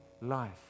life